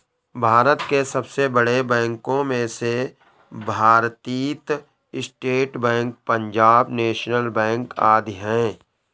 भारत के सबसे बड़े बैंको में से भारतीत state bank, Punjab national bank आदि है